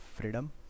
freedom